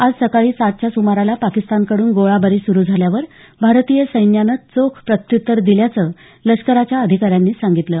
आज सकाळी सातच्या सुमाराला पाकिस्तानकडून गोळाबारी सुरू झाल्यावर भारतीय सैन्यानं चोख प्रत्युत्तर दिल्याचं लष्कराच्या अधिका यांनी सांगितलं